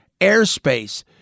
airspace